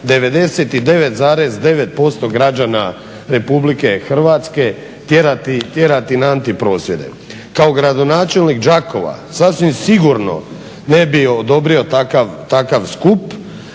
99,9% građana Republike Hrvatske tjerati na anti prosvjede. Kao gradonačelnik Đakova sigurno ne bih odobrio takav skup,